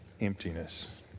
emptiness